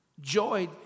Joy